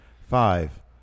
five